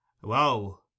Whoa